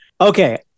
Okay